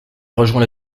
rejoint